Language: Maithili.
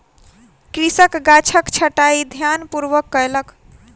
कृषक गाछक छंटाई ध्यानपूर्वक कयलक